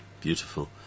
Beautiful